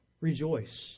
Rejoice